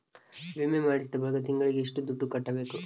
ವಿಮೆ ಮಾಡಿಸಿದ ಬಳಿಕ ತಿಂಗಳಿಗೆ ಎಷ್ಟು ದುಡ್ಡು ಕಟ್ಟಬೇಕು?